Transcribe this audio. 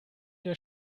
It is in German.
der